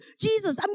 Jesus